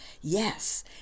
Yes